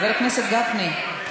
חבר הכנסת גפני,